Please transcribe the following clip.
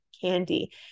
candy